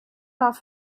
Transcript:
off